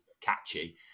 catchy